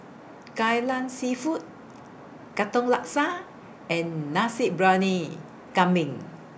Kai Lan Seafood Katong Laksa and Nasi Briyani Kambing